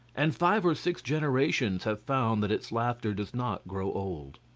and five or six generations have found that its laughter does not grow old.